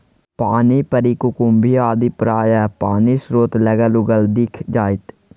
पानिपरी कुकुम्भी आदि प्रायः पानिस्रोत लग उगल दिख जाएत